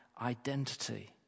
identity